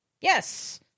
Yes